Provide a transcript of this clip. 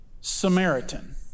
Samaritan